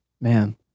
Man